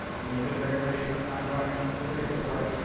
and they've been very gracious and ongoing with their support.